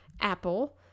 Apple